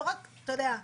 לא רק אחוזים.